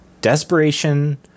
desperation